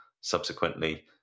subsequently